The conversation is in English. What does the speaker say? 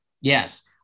Yes